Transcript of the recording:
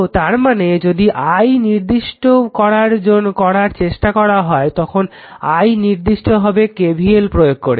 তো তারমানে যদি i নির্ণয় করার চেষ্টা করা হয় তখন i নির্ণয় করতে হবে KVL প্রয়োগ করে